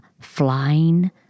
flying